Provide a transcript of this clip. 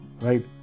Right